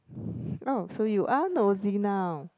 oh so you are nosy now